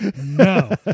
no